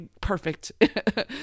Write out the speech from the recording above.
perfect